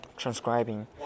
transcribing